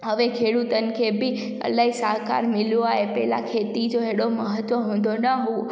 हवे खेडूतनि खे बि इलाही साकार मिलियो आहे पहेला खेतीअ जो हेॾो महत्वु हूंदो न हुओ